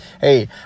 Hey